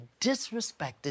disrespected